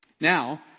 Now